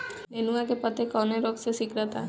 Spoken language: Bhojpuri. नेनुआ के पत्ते कौने रोग से सिकुड़ता?